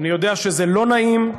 אני יודע שזה לא נעים,